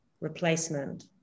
replacement